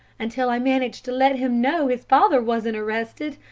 until i managed to let him know his father wasn't arrested.